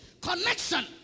connection